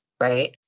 right